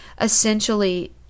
essentially